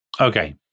Okay